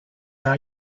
now